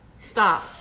Stop